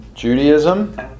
Judaism